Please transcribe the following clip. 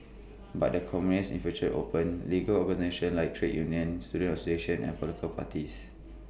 but the communists infiltrated open legal organisations like trade unions student associations and political parties